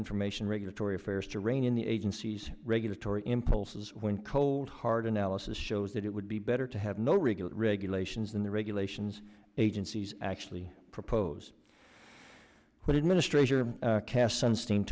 information regulatory affairs to rein in the agency's regulatory impulses when cold hard analysis shows that it would be better to have no regular regulations in the regulations agencies actually propose what it ministration or cass s